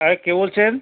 হ্যাঁ কে বলছেন